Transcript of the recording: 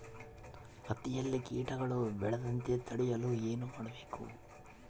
ಹತ್ತಿಯಲ್ಲಿ ಕೇಟಗಳು ಬೇಳದಂತೆ ತಡೆಯಲು ಏನು ಮಾಡಬೇಕು?